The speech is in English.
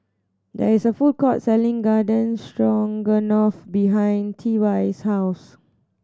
there is a food court selling Garden Stroganoff behind T Y's house